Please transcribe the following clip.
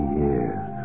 years